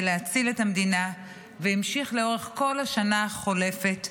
להציל את המדינה והמשיך לאורך כל השנה החולפת,